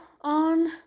on